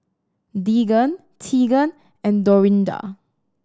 Deegan Teagan and Dorinda